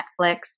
Netflix